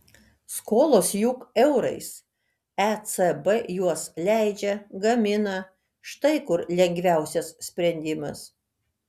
skolos juk eurais ecb juos leidžia gamina štai kur lengviausias sprendimas